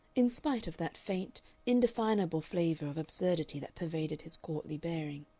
in spite of that faint indefinable flavor of absurdity that pervaded his courtly bearing.